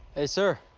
hey, sir,